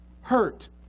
hurt